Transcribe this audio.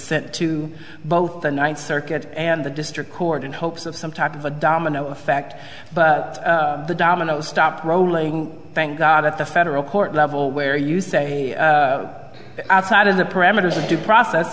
sent to both the ninth circuit and the district court in hopes of some type of a domino effect but the domino stopped rolling thank god at the federal court level where you say outside of the parameters of due process